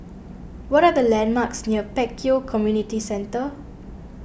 what are the landmarks near Pek Kio Community Centre